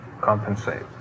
compensate